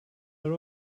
are